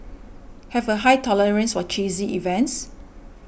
have a high tolerance for cheesy events